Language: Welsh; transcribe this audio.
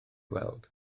weld